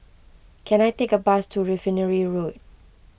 can I take a bus to Refinery Road